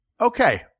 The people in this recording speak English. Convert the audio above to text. Okay